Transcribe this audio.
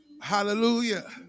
hallelujah